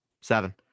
Seven